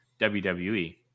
WWE